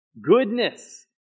goodness